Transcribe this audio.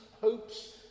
hopes